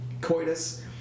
coitus